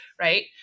right